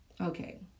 Okay